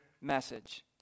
message